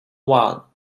one